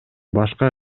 башка